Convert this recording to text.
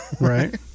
right